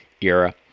era